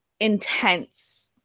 intense